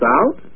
out